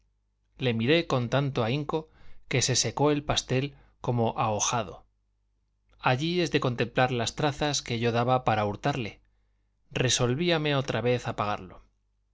le miré con tanto ahínco que se secó el pastel como un aojado allí es de contemplar las trazas que yo daba para hurtarle resolvíame otra vez a pagarlo